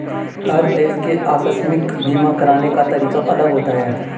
हर देश के आकस्मिक बीमा कराने का तरीका अलग होता है